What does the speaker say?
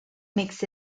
makes